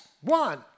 One